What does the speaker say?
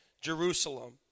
Jerusalem